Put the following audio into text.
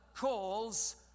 calls